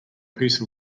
piece